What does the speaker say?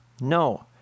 No